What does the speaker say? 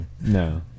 No